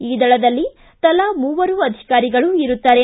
ಈ ದಳದಲ್ಲಿ ತಲಾ ಮೂವರು ಅಧಿಕಾರಿಗಳು ಇರುತ್ತಾರೆ